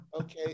Okay